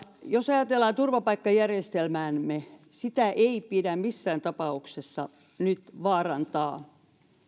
jos ajatellaan turvapaikkajärjestelmäämme sitä ei pidä missään tapauksessa nyt vaarantaa